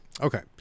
Okay